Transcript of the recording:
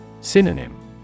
Synonym